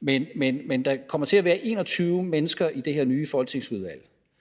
men der kommer til at være 21 mennesker i det her nye folketingsudvalg.